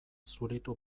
zuritu